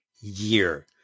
year